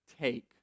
take